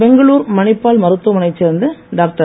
பெங்களூர் மணிப்பால் மருத்துவமனையைச் சேர்ந்த டாக்டர்